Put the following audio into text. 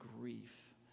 grief